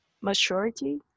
maturity